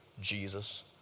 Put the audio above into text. Jesus